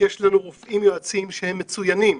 יש לנו רופאים יועצים מצוינים.